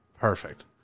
Perfect